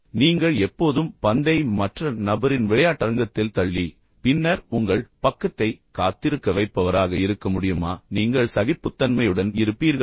நீங்கள் எப்போதும் பந்தை மற்ற நபரின் விளையாட்டரங்கத்தில் தள்ளி பின்னர் உங்கள் பக்கத்தை காத்திருக்க வைப்பவராக இருக்க முடியுமா நீங்கள் சகிப்புத்தன்மையுடன் இருப்பீர்களா